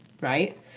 right